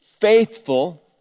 faithful